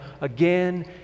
again